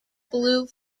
blue